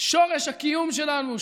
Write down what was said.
שורש הקיום שלנו,